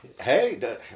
Hey